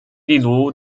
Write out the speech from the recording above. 例如